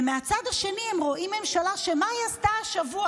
ומהצד השני הם רואים ממשלה, שמה היא עשתה השבוע?